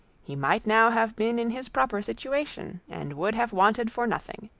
he might now have been in his proper situation, and would have wanted for nothing.